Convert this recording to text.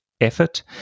effort